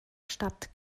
stadt